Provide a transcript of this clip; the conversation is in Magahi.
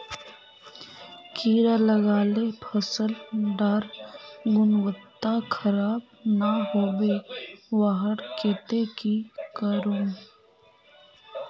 कीड़ा लगाले फसल डार गुणवत्ता खराब ना होबे वहार केते की करूम?